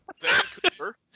Vancouver